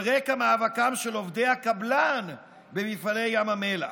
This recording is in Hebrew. רקע מאבקם של עובדי הקבלן במפעלי ים המלח,